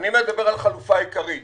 אני מדבר על חלופה עיקרית